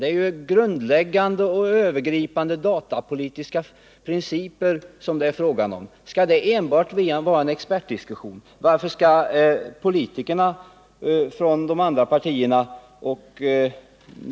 Det är ju här fråga om grundläggande och övergripande datapolitiska principer. Skall de utredas enbart genom en expertdiskussion? Varför får riksdagspolitikerna inte vara med här?